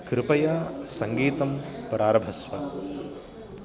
कृपया सङ्गीतं प्रारभस्व